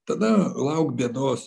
tada lauk bėdos